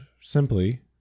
simply